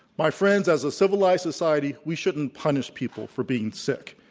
my friends, as a civilized society, we shouldn't punish people for being sick.